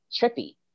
trippy